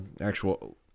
actual